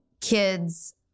kids